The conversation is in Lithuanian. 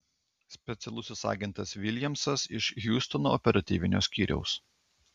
specialusis agentas viljamsas iš hjustono operatyvinio skyriaus